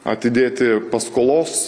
atidėti paskolos